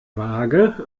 waage